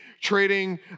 trading